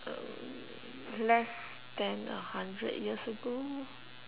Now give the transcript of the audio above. um less than a hundred years ago